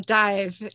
dive